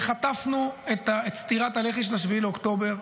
וחטפנו את סטירת הלחי של 7 באוקטובר,